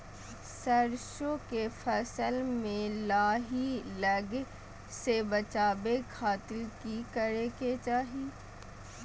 सरसों के फसल में लाही लगे से बचावे खातिर की करे के चाही?